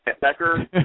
Becker